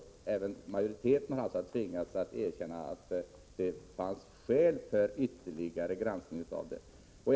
Även majoriteten har alltså tvingats erkänna att det fanns skäl till ytterligare granskning av ärendet.